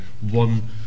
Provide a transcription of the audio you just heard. one